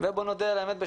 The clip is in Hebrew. בואו נודה על האמת,